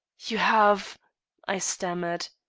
you have i stammered.